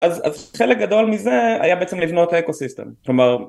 אז חלק גדול מזה היה בעצם לבנות את האקו סיסטם, כלומר